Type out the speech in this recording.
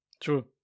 True